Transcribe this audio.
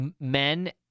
men